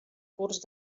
curs